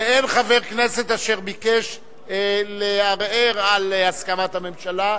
באין חבר כנסת אשר ביקש לערער על הסכמת הממשלה,